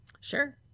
Sure